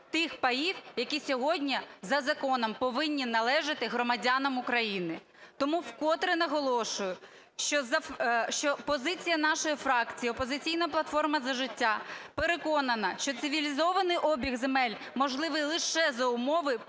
тих паїв, які сьогодні за законом повинні належати громадянам України. Тому вкотре наголошую, що позиція нашої фракції "Опозиційна платформа - За життя" переконана, що цивілізований обіг земель можливий лише за умови